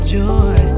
joy